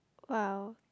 !wow!